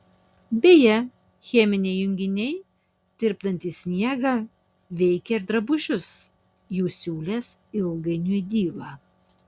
beje cheminiai junginiai tirpdantys sniegą veikia ir drabužius jų siūlės ilgainiui dyla